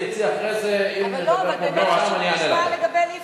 תרצי אחרי זה, אם נדבר כמו בני-אדם, אני אענה לכם.